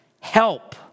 help